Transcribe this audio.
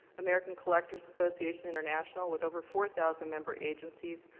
american collectors association international, with over four thousand member agencies,